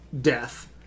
death